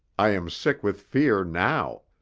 i am sick with fear now.